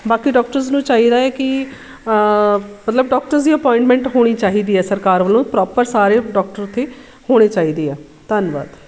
ਬਾਕੀ ਡੋਕਟਰਸ ਨੂੰ ਚਾਹੀਦਾ ਏ ਕਿ ਮਤਲਬ ਡੋਕਟਰਸ ਦੀ ਅਪੋਇੰਟਮੈਂਟ ਹੋਣੀ ਚਾਹੀਦੀ ਹੈ ਸਰਕਾਰ ਵੱਲ੍ਹੋਂ ਪਰੋਪਰ ਸਾਰੇ ਡੋਕਟਰ ਉੱਥੇ ਹੋਣੇ ਚਾਹੀਦੇ ਆ ਧੰਨਵਾਦ